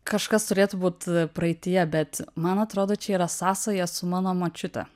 kažkas turėtų būt praeityje bet man atrodo čia yra sąsaja su mano močiute